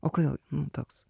o kodėl toks